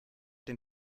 den